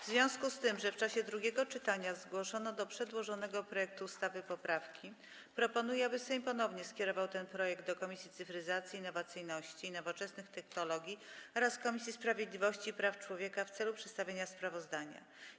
W związku z tym, że w czasie drugiego czytania zgłoszono do przedłożonego projektu ustawy poprawki, proponuję, aby Sejm ponownie skierował ten projekt do Komisji Cyfryzacji, Innowacyjności i Nowoczesnych Technologii oraz Komisji Sprawiedliwości i Praw Człowieka w celu przedstawienia sprawozdania.